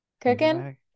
cooking